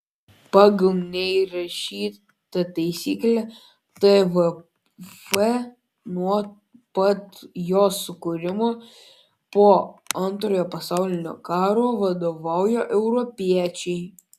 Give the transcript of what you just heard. pagal nerašytą taisyklę tvf nuo pat jo sukūrimo po antrojo pasaulinio karo vadovauja europiečiai